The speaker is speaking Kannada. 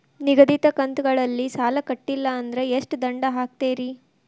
ನಿಗದಿತ ಕಂತ್ ಗಳಲ್ಲಿ ಸಾಲ ಕಟ್ಲಿಲ್ಲ ಅಂದ್ರ ಎಷ್ಟ ದಂಡ ಹಾಕ್ತೇರಿ?